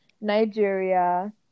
Nigeria